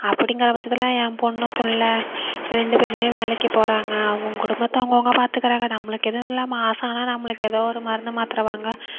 அப்படிங்கிற பட்சத்துல ஏன் பொண்ணு பிள்ள ரெண்டு பேருமே வேலைக்கு போறாங்க அவுங்கவுங்க குடும்பத்தை அவுங்கவுங்க பார்த்துக்கறாங்க நம்மளுக்கு எதுவும் இல்லாமல் மாசம் ஆனால் நம்மளுக்கு ஏதோ ஒரு மருந்து மாத்திர வாங்க